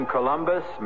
Columbus